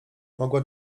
mogła